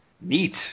Neat